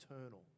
eternal